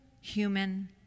human